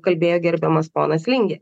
kalbėjo gerbiamas ponas lingė